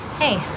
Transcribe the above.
hey,